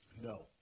No